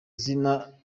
zina